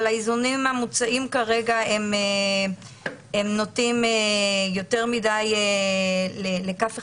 האיזונים המוצעים כרגע נוטים יותר מדי לצד אחד,